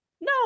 no